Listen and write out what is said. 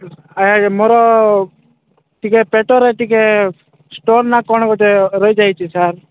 ଆଜ୍ଞା ମୋର ଟିକେ ପେଟରେ ଟିକେ ଷ୍ଟୋନ୍ ନା କ'ଣ ଗୋଟେ ରହି ଯାଇଛି ସାର୍